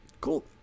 Cool